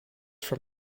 from